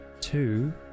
two